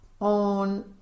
on